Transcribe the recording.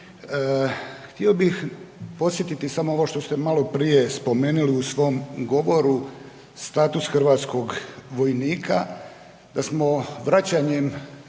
Htio bih podsjetiti samo ovo što ste maloprije spomenuli u svom govoru, status hrvatskog vojnika, da smo vraćanjem